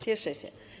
Cieszę się.